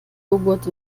joghurt